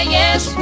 yes